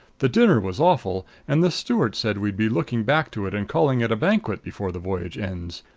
the dinner was awful, and the steward said we'd be looking back to it and calling it a banquet before the voyage ends.